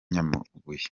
nyamabuye